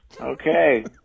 Okay